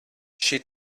she